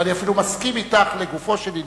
ואני אפילו מסכים אתך לגופו של עניין.